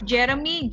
Jeremy